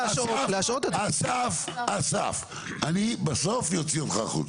אסף, אני בסוף אוציא אותך החוצה.